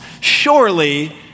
surely